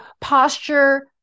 posture